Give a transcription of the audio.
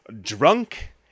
drunk